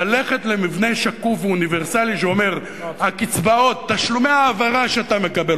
ללכת למבנה שקוף ואוניברסלי שאומר: תשלומי ההעברה שאתה מקבל,